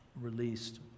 released